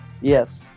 Yes